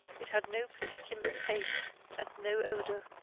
it had no particular taste and no odor.